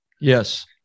Yes